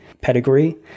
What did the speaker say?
pedigree